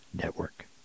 Network